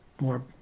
more